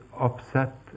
upset